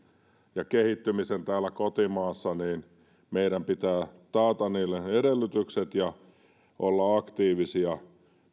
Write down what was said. ja kehittymisensä täällä kotimaassa niin meidän pitää taata niille edellytykset ja olla aktiivisia